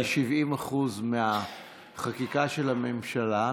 ב-70% מהחקיקה של הממשלה,